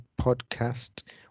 podcast